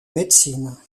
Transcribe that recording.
médecine